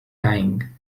dying